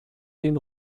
den